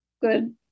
good